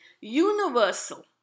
Universal